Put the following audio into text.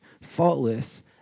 faultless